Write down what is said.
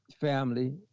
family